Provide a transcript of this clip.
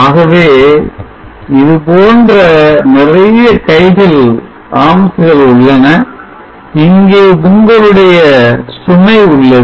ஆகவே இதுபோன்ற நிறைய கை கள் உள்ளன இங்கே உங்களுடைய சுமை உள்ளது